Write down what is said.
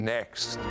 Next